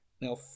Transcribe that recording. Now